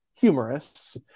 Humorous